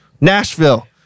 Nashville